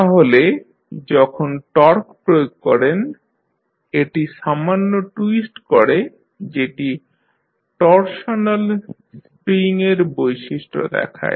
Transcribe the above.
তাহলে যখন টর্ক প্রয়োগ করেন এটি সামান্য টুইস্ট করে যেটি টরশনাল স্প্রিং এর বৈশিষ্ট্য দেখায়